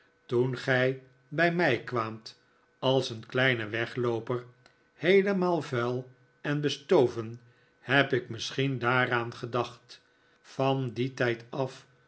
toen gij bij mij kwaamt als een kleine weglooper heelemaal vuil en bestoven heb ik misschien daaraan gedacht van dien tijd af